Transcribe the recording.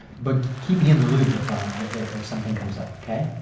but keep me in the loop if um if something comes up.